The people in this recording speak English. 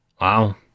Wow